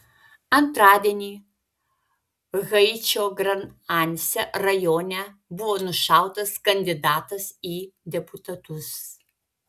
antradienį haičio grand anse rajone buvo nušautas kandidatas į deputatus